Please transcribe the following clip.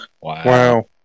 Wow